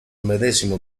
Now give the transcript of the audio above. medesimo